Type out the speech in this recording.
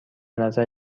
نظر